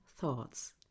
thoughts